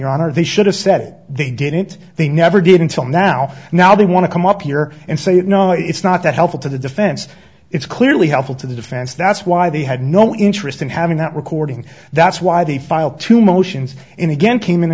your honor they should have said they didn't they never did until now now they want to come up here and say you know it's not that helpful to the defense it's clearly helpful to the defense that's why they had no interest in having that recording that's why they filed two motions in again came in